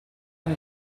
con